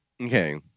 Okay